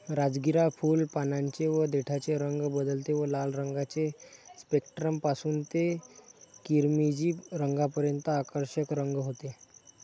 राजगिरा फुल, पानांचे व देठाचे रंग बदलते व लाल रंगाचे स्पेक्ट्रम पासून ते किरमिजी रंगापर्यंत आकर्षक रंग होते